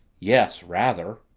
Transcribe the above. yes rather.